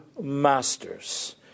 masters